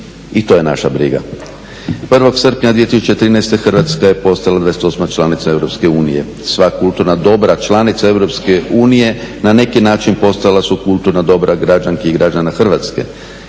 i to je naša briga. 1. srpnja 2013. Hrvatska je postala 28 članica EU. Sva kulturna dobra članica EU na neki način postala su kulturna dobra građanki i građana Hrvatske.